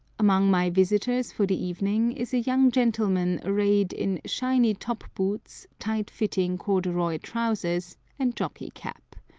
among my visitors for the evening is a young gentleman arrayed in shiny top-boots, tight-fitting corduroy trousers, and jockey cap.